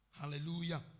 Hallelujah